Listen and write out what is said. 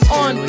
on